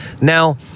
Now